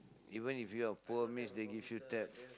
even if you are poor means they give you tab